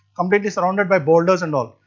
completely surrounded by boulders and all.